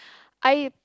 I